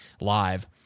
live